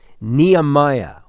Nehemiah